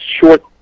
short